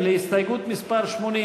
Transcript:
ההסתייגות של קבוצת סיעת מרצ,